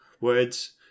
words